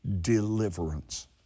deliverance